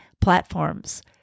platforms